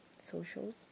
socials